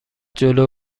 جلو